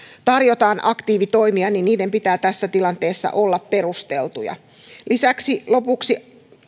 tarjotaan aktiivitoimia niiden pitää tässä tilanteessa olla perusteltuja lisäksi lopuksi